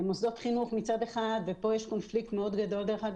מוסדות חינוך מצד אחד וכאן יש קונפליקט מאוד גדול עם